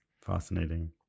Fascinating